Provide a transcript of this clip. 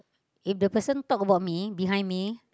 if the person talk about me behind me